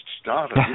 started